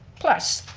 plus,